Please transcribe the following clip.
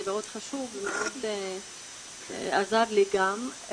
זה מאוד חשוב ומאוד עזר לי גם.